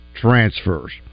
transfers